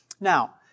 now